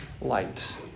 light